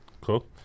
Cool